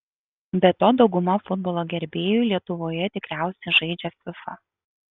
be to dauguma futbolo gerbėjų lietuvoje tikriausiai žaidžia fifa